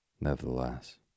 Nevertheless